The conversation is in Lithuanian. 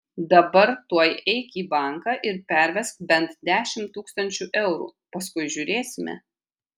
dabar tuoj eik į banką ir pervesk bent dešimt tūkstančių eurų paskui žiūrėsime